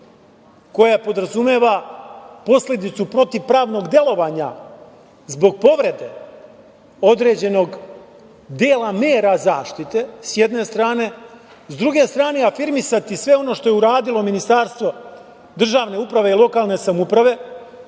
koja podrazumeva posledicu protivpravnog delovanja zbog povrede određenog dela mera zaštite, s jedne strane, a sa druge strane afirmisati sve ono što je uradilo Ministarstvo državne uprave i lokalne samouprave,